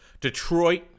Detroit